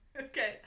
Okay